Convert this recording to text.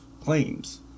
claims